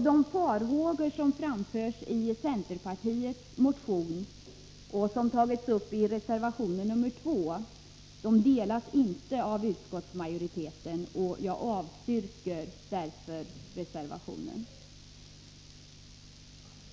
De farhågor som framförs i centerpartiets motion — och som har tagits upp i reservation 2 — delas inte av utskottsmajoriteten. Jag avstyrker därför reservation